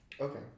Okay